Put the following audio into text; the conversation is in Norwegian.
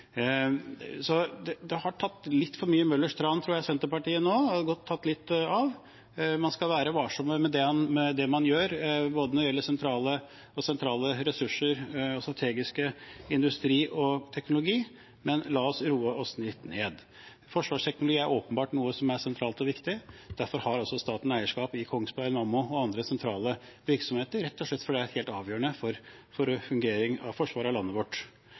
har tatt litt for mye Møllers tran nå, og det har tatt litt av. Man skal være varsom med det man gjør, både når det gjelder sentrale ressurser og når det gjelder strategisk industri og teknologi, men la oss roe oss litt ned. Forsvarssektoren er åpenbart sentral og viktig, og derfor har staten eierskap i Kongsberg Gruppen, Nammo og andre sentrale virksomheter, rett og slett fordi de er helt avgjørende for at forsvaret av landet vårt